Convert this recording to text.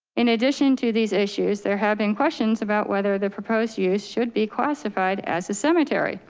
in addition to these issues, they're have been questions about whether the proposed use should be classified as a cemetery.